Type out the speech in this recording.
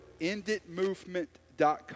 enditmovement.com